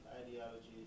ideologies